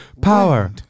power